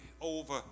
over